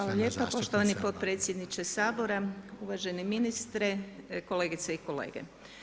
Hvala lijepo poštovani potpredsjedniče Sabora, uvaženi ministre, kolegice i kolege.